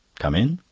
come in.